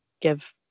give